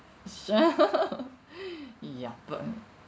so ya but